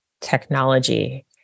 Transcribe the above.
technology